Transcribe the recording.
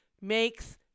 makes